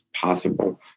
possible